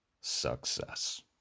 success